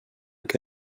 que